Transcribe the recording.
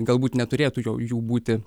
galbūt neturėtų jų jų būti